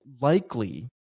likely